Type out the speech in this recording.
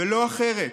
ולא אחרת.